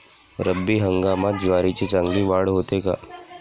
रब्बी हंगामात ज्वारीची चांगली वाढ होते का?